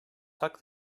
tuck